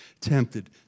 tempted